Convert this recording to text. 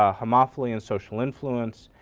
ah homophily and social influence,